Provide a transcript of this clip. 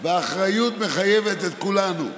והאחריות מחייבת את כולנו.